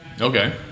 Okay